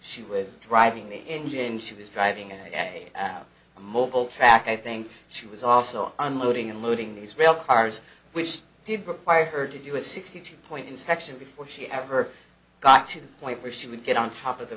she was driving the engine she was driving at a mobile track i think she was also unloading and loading these rail cars which did require her to do a sixty point inspection before she ever got to the point where she would get on top of the